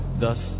thus